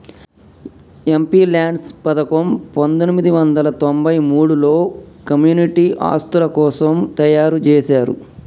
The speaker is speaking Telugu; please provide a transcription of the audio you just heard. ఎంపీల్యాడ్స్ పథకం పందొమ్మిది వందల తొంబై మూడులో కమ్యూనిటీ ఆస్తుల కోసం తయ్యారుజేశారు